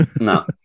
No